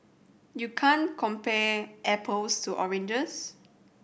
you can't compare apples to oranges